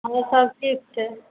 हँ सभ ठीक छै